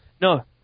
No